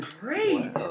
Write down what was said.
Great